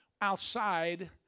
outside